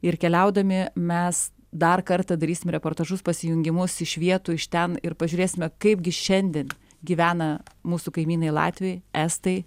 ir keliaudami mes dar kartą darysim reportažus pasijungimus iš vietų iš ten ir pažiūrėsime kaipgi šiandien gyvena mūsų kaimynai latviai estai